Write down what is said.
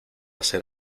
hacer